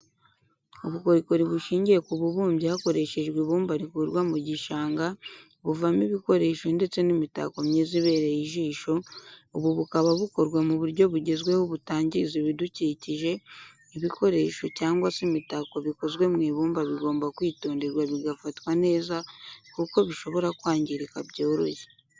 Ubukorikori bushingiye ku bubumbyi hakoreshejwe ibumba rikurwa mu gishanga buvamo ibikoresho ndetse n'imitako myiza ibereye ijisho, ubu bukaba bukorwa mu buryo bugezweho butangiza ibidukikije, ibikoresho cyangwa se imitako bikozwe mu ibumba bigomba kwitonderwa bigafatwa neza kuko bishobora kwangirika byoroshye.